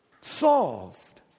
Solved